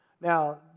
Now